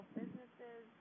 businesses